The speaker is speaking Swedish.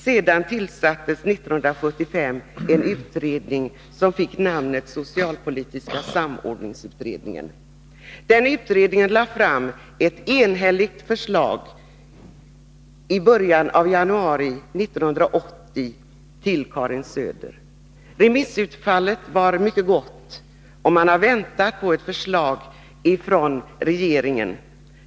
Sedan tillsattes 1975 en utredning, som fick namnet socialpolitiska samordningsutredningen. Den utredningen lade fram ett enhälligt förslag i början av januari 1980 till Karin Söder. Remissutfallet var mycket gott, och man väntade på ett förslag från regeringen.